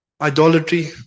Idolatry